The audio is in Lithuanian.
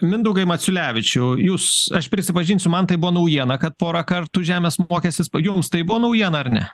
mindaugai maciulevičiau jūs aš prisipažinsiu man tai buvo naujiena kad pora kartų žemės mokestis pa jums tai buvo naujiena ar ne